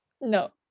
no